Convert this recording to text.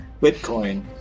Bitcoin